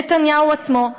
נתניהו עצמו.